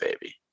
baby